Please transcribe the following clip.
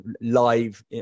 live